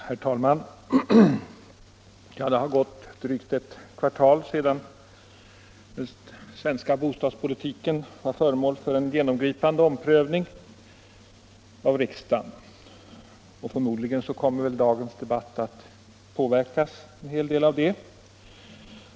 Herr talman! Det har gått drygt ett kvartal sedan den svenska bostadspolitiken var föremål för en genomgripande omprövning av riksdagen, och dagens debatt kommer väl att påverkas en hel del av de beslut som fattades i december.